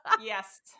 Yes